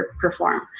perform